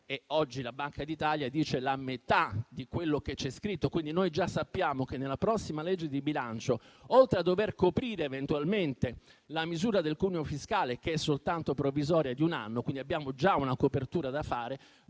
oggi la Banca d'Italia dice che sarà la metà di quello che c'è scritto. Quindi già sappiamo che nella prossima legge di bilancio, oltre a dover coprire eventualmente la misura del cuneo fiscale, che è soltanto provvisoria (un anno), quindi abbiamo già una copertura da fare,